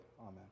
amen